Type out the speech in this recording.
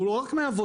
הוא לא רק מעבודה.